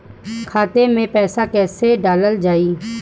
खाते मे पैसा कैसे डालल जाई?